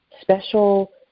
special